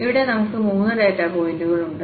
ഇവിടെ നമുക്ക് മൂന്ന് ഡാറ്റാ പോയിന്റുകൾ ഉണ്ട്